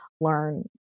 learn